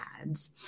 ads